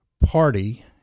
party